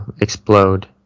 explode